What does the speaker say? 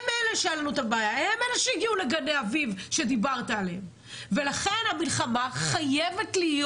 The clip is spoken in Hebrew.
הם אלה שהגיעו לגני אביב שדיברת עליהם ולכן המלחמה חייבת להיות